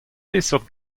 peseurt